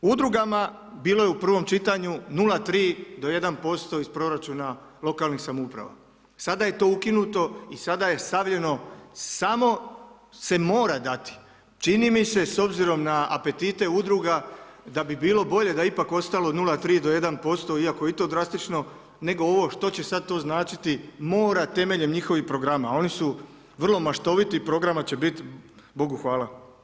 Udrugama, bilo je u prvom čitanju, 0,3 do 1% iz proračuna lokalnih samouprava, sada je to ukinuto i sada je stavljeno samo se mora dati, čini mi se s obzirom na apetite udruga da bi bilo bolje da je ipak ostalo 0,3 do 1% iako je i to drastično nego ovo što će sada to značiti, mora temeljem njihovih programa, oni su vrlo maštoviti, programa će biti Bogu hvala.